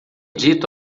dito